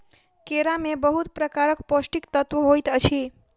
केरा में बहुत प्रकारक पौष्टिक तत्व होइत अछि